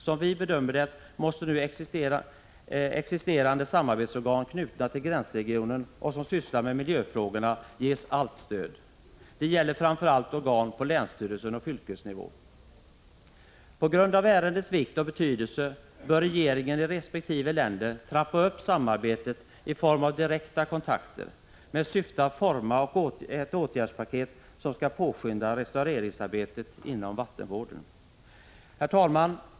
Som vi bedömer det, måste nu existerande samarbetsorgan som är knutna till gränsregionerna och sysslar med miljöfrågorna ges allt stöd. Det gäller framför allt organ på länsstyrelseoch fylkesnivå. På grund av ärendets vikt och betydelse bör regeringarna i resp. länder trappa upp samarbetet i form av direkta kontakter med syfte att forma ett åtgärdspaket som skall påskynda restaureringsarbetet inom vattenvården. Herr talman!